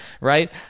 right